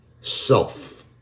self